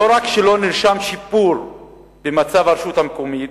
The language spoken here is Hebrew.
לא רק שלא נרשם שיפור במצב הרשות המקומית,